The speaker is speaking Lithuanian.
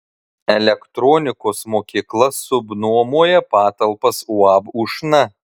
elektronikos mokykla subnuomoja patalpas uab ušna